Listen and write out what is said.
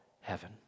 heaven